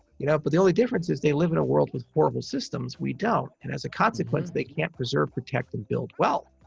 you know, but the only difference is they live in a world with horrible systems. we don't. and as a consequence, they can't preserve, protect and build well.